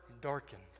darkened